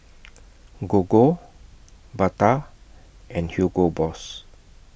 Gogo Bata and Hugo Boss